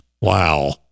Wow